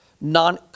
non